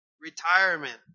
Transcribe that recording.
Retirement